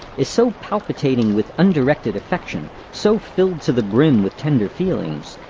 is so palpitating with undirected affection, so filled to the brim with tender feelings,